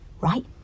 Right